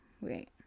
wait